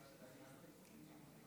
אדוני היושב-ראש, כנסת נכבדה, ערב